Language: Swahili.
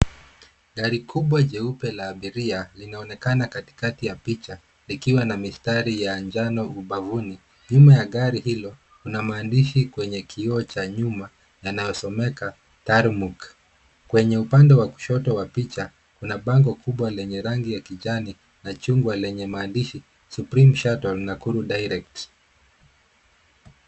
Gari kubwa jeupe la abiria linaonekana katikati ya picha likiwa na mistari ya njano ubavuni. Nyuma ya gari hilo kunamaandishi kwenye kioo cha nyuma yanayosomeka {cs}Tarmuk{cs}. Kwenye upande wa kushoto wa picha kuna bango kubwa lenye rangi ya kijani na chungwa lenye maandishi {cs}Supreme Shuttle Nakuru Direct{cs}.